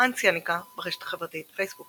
האנס יניקה, ברשת החברתית פייסבוק